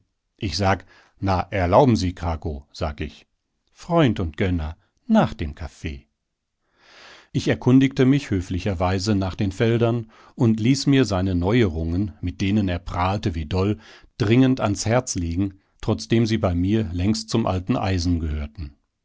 ich sag na erlauben sie krakow sag ich freund und gönner nach dem kaffee ich erkundigte mich höflicherweise nach den feldern und ließ mir seine neuerungen mit denen er prahlte wie doll dringend ans herz legen trotzdem sie bei mir längst zum alten eisen gehörten